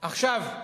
עכשיו,